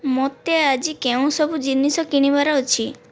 ମୋତେ ଆଜି କେଉଁସବୁ ଜିନିଷ କିଣିବାର ଅଛି